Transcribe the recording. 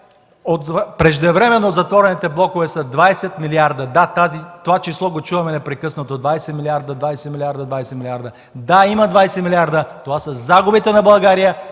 преждевременно затворените блокове са 20 милиарда. Да, това число го чуваме непрекъснато – 20 милиарда, 20 милиарда, 20 милиарда! Да, има 20 милиарда – това са загубите на България